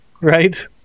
right